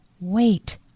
wait